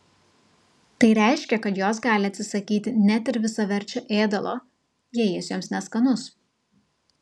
tai reiškia kad jos gali atsisakyti net ir visaverčio ėdalo jei jis joms neskanus